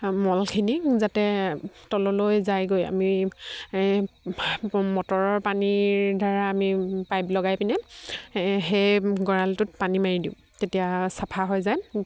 মলখিনি যাতে তললৈ যায়গৈ আমি মটৰৰ পানীৰ দ্বাৰা আমি পাইপ লগাই পিনে সেই গঁৰালটোত পানী মাৰি দিওঁ তেতিয়া চাফা হৈ যায়